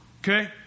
Okay